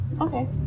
okay